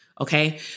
Okay